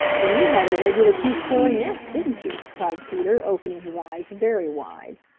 then you had a regular two-story nest, didn't you? cried peter, opening his eyes very wide.